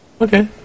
okay